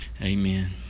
Amen